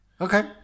okay